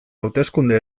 hauteskunde